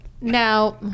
Now